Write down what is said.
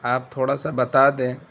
آپ تھوڑا سا بتا دیں